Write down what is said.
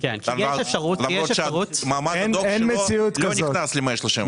למרות שמעמד הדוח שלו לא נכנס ל-131?